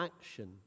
action